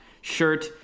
shirt